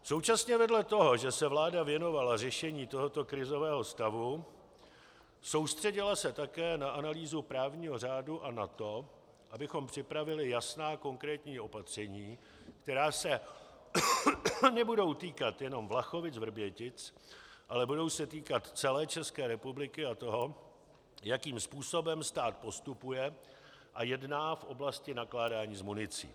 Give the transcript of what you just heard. Současně vedle toho, že se vláda věnovala řešení tohoto krizového stavu, soustředila se také na analýzu právního řádu a na to, abychom připravili jasná, konkrétní opatření, která se nebudou týkat jen VlachovicVrbětic, ale budou se týkat celé České republiky a toho, jakým způsobem stát postupuje a jedná v oblasti nakládání s municí.